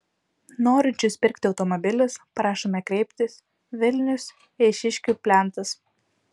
norinčius pirkti automobilius prašome kreiptis vilnius eišiškių plentas